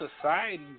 society